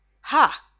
ha